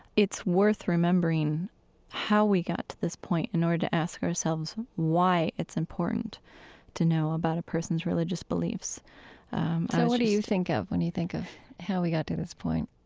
it's worth remembering how we got to this point in order to ask ourselves why it's important to know about a person's religious beliefs so what do you think of when you think of how we got to this point?